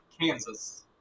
Kansas